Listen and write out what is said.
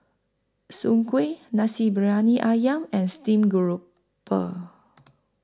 Soon Kueh Nasi Briyani Ayam and Steamed Grouper